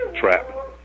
trap